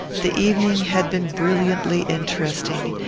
the evening had been brilliantly interesting,